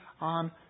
on